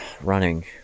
running